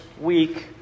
week